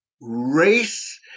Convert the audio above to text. Race